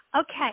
Okay